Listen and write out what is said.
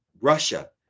Russia